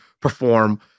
perform